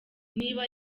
niba